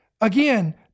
again